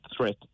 threat